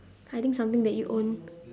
I think something that you own